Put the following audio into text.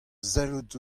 sellet